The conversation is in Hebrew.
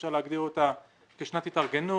אפשר להגדיר אותה כשנת התארגנות.